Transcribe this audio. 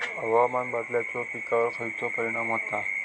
हवामान बदलाचो पिकावर खयचो परिणाम होता?